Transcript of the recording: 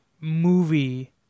movie